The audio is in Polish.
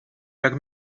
jak